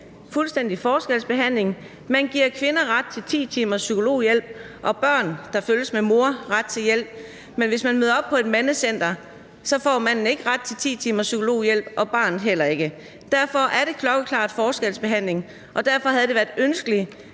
sagde, klar forskelsbehandling. Man giver kvinder ret til 10 timers psykologhjælp, og børn, der følges med deres mor, har ret til hjælp, men hvis en mand møder op på et mandecenter, får han ikke ret til 10 timers psykologhjælp, og barnet heller ikke. Derfor er det klokkeklar forskelsbehandling, og derfor havde det været ønskeligt,